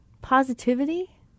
Positivity